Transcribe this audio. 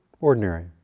ordinary